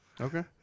Okay